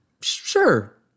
sure